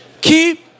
Keep